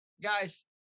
guys